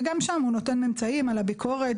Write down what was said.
וגם שם הוא נותן ממצאים על הביקורת.